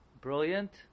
brilliant